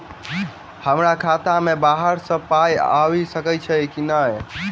हमरा खाता मे बाहर सऽ पाई आबि सकइय की नहि?